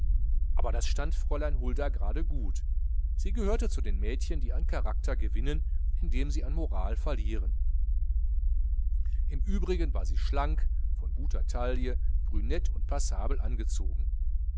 aber das stand fräulein hulda gerade gut sie gehörte zu den mädchen die an charakter gewinnen indem sie an moral verlieren im übrigen war sie schlank von guter taille brünett und passabel angezogen